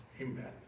Amen